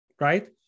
right